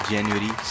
January